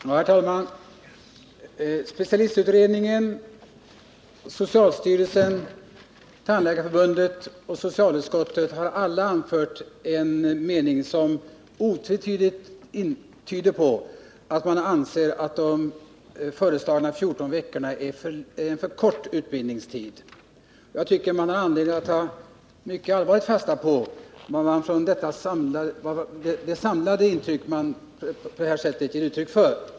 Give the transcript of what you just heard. Herr talman! Specialistutredningen, socialstyrelsen, Tandläkarförbundet och socialutskottet har alla gjort uttalanden som otvetydigt tyder på att man anser att de föreslagna 14 veckorna är en för kort utbildning. Jag tycker att man har anledning att ta fasta på vad dessa organ här ger uttryck för.